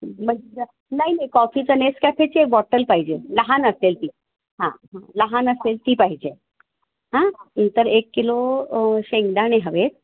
नाही नाही कॉफीचं नेसकॅफेचे बॉटल पाहिजे लहान असेल ती हां हां लहान असेल ती पाहिजे हां नंतर एक किलो शेंगदाणे हवे आहेत